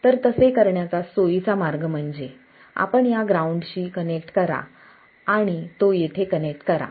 तर तसे करण्याचा सोयीचा मार्ग म्हणजे आपण या ग्राउंडशी कनेक्ट करा आणि तो येथे कनेक्ट करा